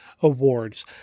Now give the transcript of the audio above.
Awards